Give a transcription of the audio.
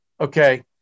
Okay